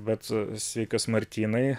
vat sveikas martynai